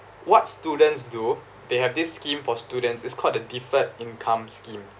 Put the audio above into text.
what students do they have this scheme for students it's called the deferred income scheme